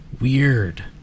Weird